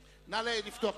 לא,